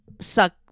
suck